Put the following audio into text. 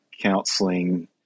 counseling